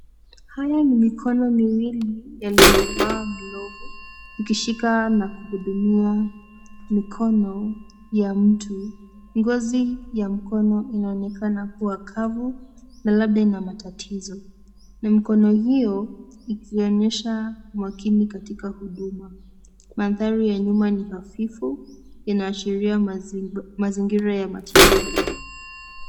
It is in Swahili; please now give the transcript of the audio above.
Haya ni mikono miwili, yaliyovaa glovu, ikishika na kuhudumia na mikono ya mtu. Ngozi ya mkono inaonekana kuwa kavu, na labda ina matatizo. Na mkono hiyo, ikionyesha makini katika huduma. Mandhari ya nyumba ni hafifu, na inaashiria mazingira ya matibabu.